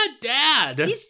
dad